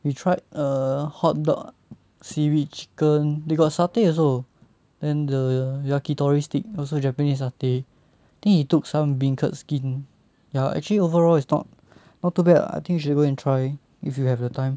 we tried err hotdog seaweed chicken they got satay also then the yakitori sticks also japanese satay think he took some beancurd skin ya actually overall is not not too bad I think you should go and try if you have the time